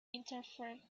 interfered